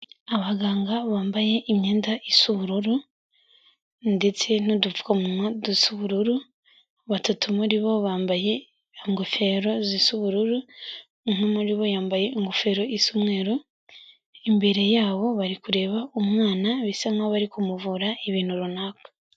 Abaganga bambaye imyenda isa ubururu ndetse n'udupfukamunwa dusa ubururu, batatu muri bo bambaye ingofero zisa ubururu, umwe muri bo yambaye ingofero isa umweru, imbere yabo bari kureba umwana bisa nk'aho bari kumuvura ibintu runaka.